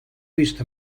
vist